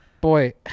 Boy